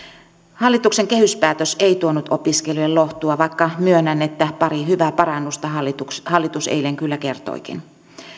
hallituksen kehyspäätös ei tuonut opiskelijoille lohtua vaikka myönnän että parista hyvästä parannuksesta hallitus hallitus eilen kyllä kertoikin